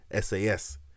SAS